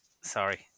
sorry